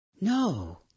No